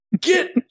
Get